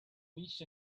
reached